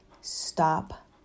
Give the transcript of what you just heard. Stop